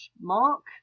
Mark